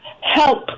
help